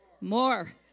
More